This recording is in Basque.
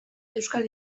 euskal